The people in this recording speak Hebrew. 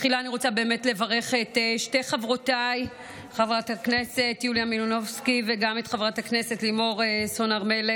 חברי הכנסת, נעבור לסעיף הבא בסדר-היום,